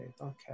Okay